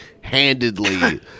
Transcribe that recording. handedly